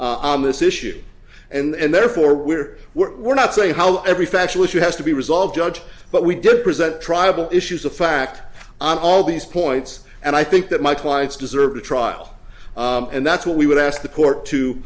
on this issue and therefore we're we're not saying how every factual issue has to be resolved judge but we did present tribal issues the fact i'm all these points and i think that my clients deserve a trial and that's what we would ask the court to